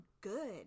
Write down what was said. good